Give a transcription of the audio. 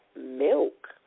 milk